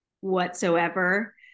whatsoever